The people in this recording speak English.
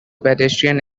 pedestrian